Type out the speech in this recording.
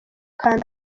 kanda